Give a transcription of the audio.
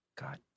God